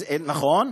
נכון,